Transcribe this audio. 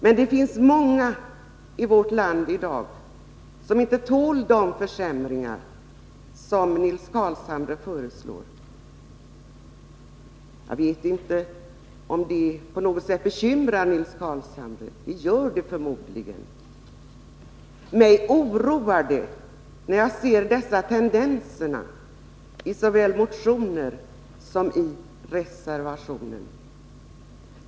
Men det finns många i vårt land i dag som inte tål de försämringar som Nils Carlshamre föreslår. Jag vet inte om det på något sätt bekymrar Nils Carlshamre — det gör det förmodligen. Mig oroar det när jag ser dessa tendenser, såväl i motioner som i reservationen.